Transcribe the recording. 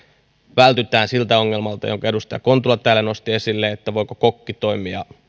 vältytään siltä ongelmalta jonka edustaja kontula täällä nosti esille että voiko kokki toimia